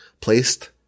placed